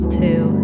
two